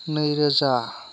नै रोजा